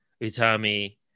Utami